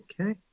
okay